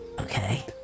Okay